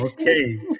okay